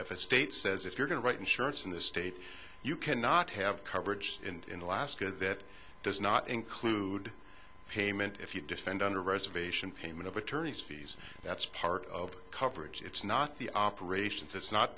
if a state says if you're going to write insurance in this state you cannot have coverage in alaska that does not include payment if you defend on a reservation payment of attorney's fees that's part of the coverage it's not the operations it's not